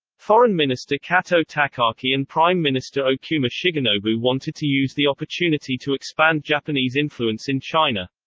foreign minister kato takaaki and prime minister okuma shigenobu wanted to use the opportunity to expand japanese influence in china.